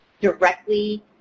directly